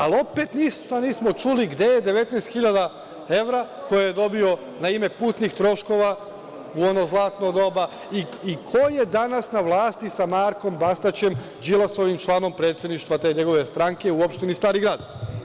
Ali, opet to nismo čuli gde je 19.000 evra koje je dobio na ime putnih troškova u ono zlatno doba i ko je danas na vlasti sa Markom Bastaćem, Đilasovim članom predstavništva te njegove stranke u opštini Stari Grad?